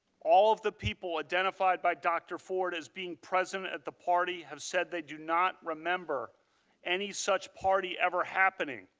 all the people identified by dr. ford as being present at the party have said they do not remember any such party ever happening.